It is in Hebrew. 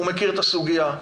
הוא מכיר את הסוגיה,